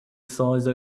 size